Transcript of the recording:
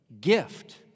gift